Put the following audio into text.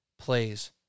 plays